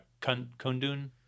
Kundun